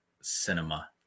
cinema